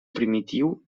primitiu